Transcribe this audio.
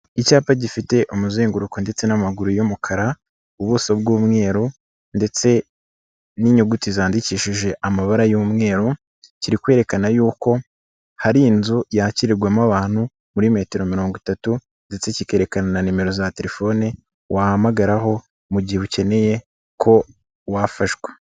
Icyapa gifite umuzenguruko ndetse n'amaguru y'umukara, ubuso bw'umweru ndetse n'inyuguti zandikishije amabara y'umweru, kiri kwerekana yuko hari inzu yakirirwamo abantu muri metero mirongo itatu ndetse kikerekana na nimero za telefone wahamagararaho mu gihe ukeneye ko wafashwa.